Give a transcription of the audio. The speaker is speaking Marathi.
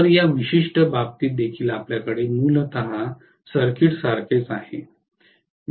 तर या विशिष्ट बाबतीत देखील आपल्याकडे मूलतः सर्किट सारखेच आहे